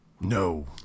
No